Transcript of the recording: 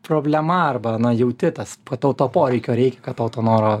problema arba na jauti tas va tau to poreikio reikia kad tau to noro